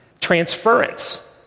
Transference